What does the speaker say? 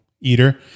eater